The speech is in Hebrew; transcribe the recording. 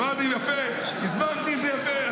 אמרתי יפה, הסברתי את זה יפה.